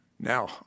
Now